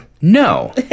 no